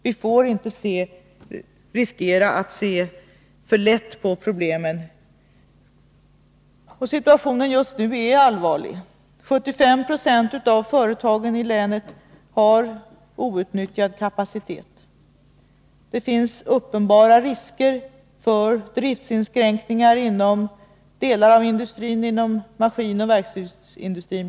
Vi får inte riskera att ta för lätt på dem. Situationen just nu är allvarlig. 75 90 av företagen i länet har outnyttjad kapacitet. Det finns uppenbara risker för driftsinskränkningar inom delar av industrin, bl.a. inom maskinoch verkstadsindustrin.